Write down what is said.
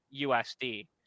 USD